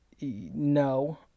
no